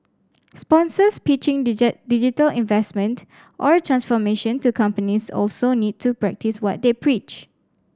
sponsors pitching digital investment or transformation to companies also need to practice what they preach